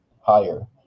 higher